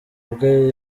bwe